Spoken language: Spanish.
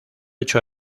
ocho